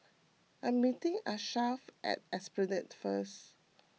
I am meeting Achsah at Esplanade first